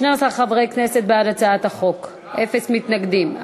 12 חברי כנסת בעד הצעת החוק, אין מתנגדים.